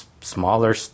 smaller